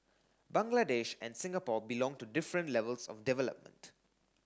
Bangladesh and Singapore belong to different levels of development